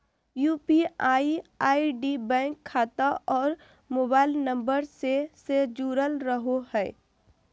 UPI ID bank खाता और mobile number से से जुरल रहो हइ